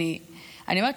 אני אומרת,